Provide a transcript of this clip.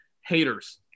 haters